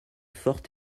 forte